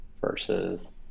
versus